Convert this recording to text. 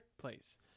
place